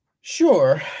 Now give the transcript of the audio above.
Sure